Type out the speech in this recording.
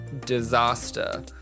disaster